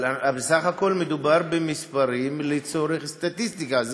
אבל בסך הכול מדובר במספרים לצורך סטטיסטיקה.